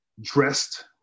dressed